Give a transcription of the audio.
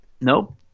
nope